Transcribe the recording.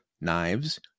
knives